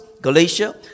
Galatia